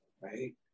right